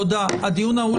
תודה, הדיון נעול.